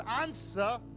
answer